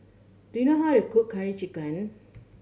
do you know how to cook Curry Chicken